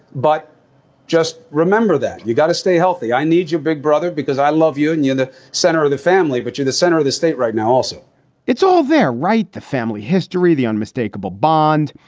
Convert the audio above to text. but just remember that you've got to stay healthy. i need your big brother because i love you. and you're the center of the family, but you're the center of the state right now also it's all there, right? the family history, the unmistakable bond.